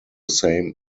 same